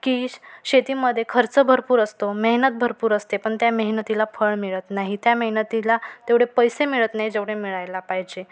की श शेतीमध्ये खर्च भरपूर असतो मेहनत भरपूर असते पण त्या मेहनतीला फळ मिळत नाही त्या मेहनतीला तेवढे पैसे मिळत नाही जेवढे मिळायला पाहिजे